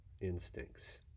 instincts